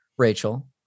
Rachel